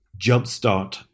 jumpstart